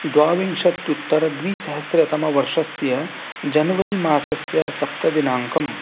द्वाविंशत्युत्तरद्विसहस्रतमवर्षस्य जन्वरि मासस्य सप्तदिनाङ्कं